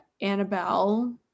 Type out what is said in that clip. Annabelle